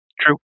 True